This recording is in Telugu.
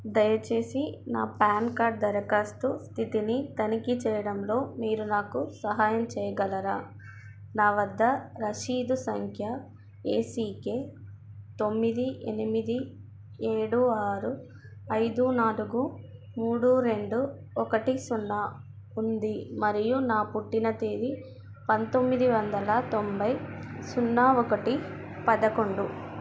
దయచేసి నా పాన్ కార్డ్ దరఖాస్తు స్థితిని తనిఖీ చేయడంలో మీరు నాకు సహాయం చేయగలరా నా వద్ద రసీదు సంఖ్య ఏ సీ కే తొమ్మిది ఎనిమిది ఏడు ఆరు ఐదు నాలుగు మూడు రెండు ఒకటి సున్నా ఉంది మరియు నా పుట్టిన తేదీ పంతొమ్మిది వందల తొంభై సున్నా ఒకటి పదకొండు